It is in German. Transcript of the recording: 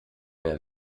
mehr